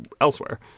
elsewhere